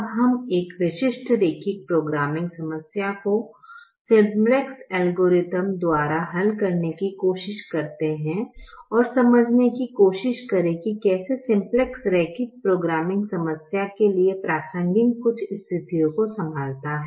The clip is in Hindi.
अब हम एक विशिष्ट रैखिक प्रोग्रामिंग समस्या को सिंप्लेक्स एल्गोरिथ्म द्वारा हल करने की कोशिश करते हैं और समझने की कोशिश करें कि कैसे सिंप्लेक्स रैखिक प्रोग्रामिंग समस्या के लिए प्रासंगिक कुछ स्थितियों को संभालता है